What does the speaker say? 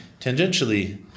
tangentially